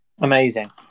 Amazing